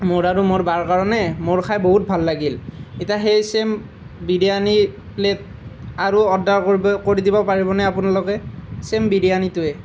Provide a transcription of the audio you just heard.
মোৰ আৰু মোৰ বাৰ কাৰণে মোৰ খাই বহুত ভাল লাগিল এতিয়া সেই চেম বিৰিয়ানী প্লেট আৰু অৰ্ডাৰ কৰি দিব পাৰিবনে আপোনালোকে চেম বিৰিয়ানীটোৱেই